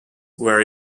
were